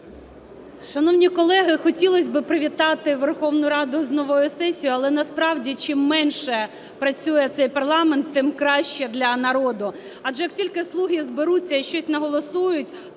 Шановні колеги, хотілось би привітати Верховну Раду з новою сесію, але насправді, чим менше працює цей парламент, тим краще для народу. Адже, як тільки "слуги" зберуться і щось наголосують,